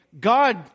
God